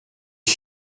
les